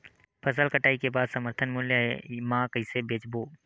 फसल कटाई के बाद समर्थन मूल्य मा कइसे बेचबो?